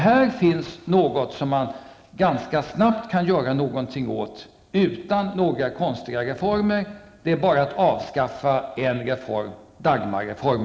Här finns något som man ganska snabbt kan göra någonting åt utan några konstiga reformer. Det är bara att avskaffa en reform